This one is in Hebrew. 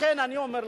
לכן אני אומר לך,